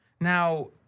Now